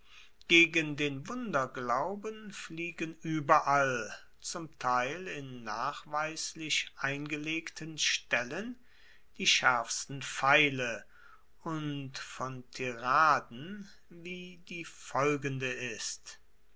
gegen den wunderglauben fliegen ueberall zum teil in nachweislich eingelegten stellen die schaerfsten pfeile und von tiraden wie die folgende ist